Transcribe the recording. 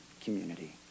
community